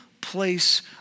place